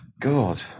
God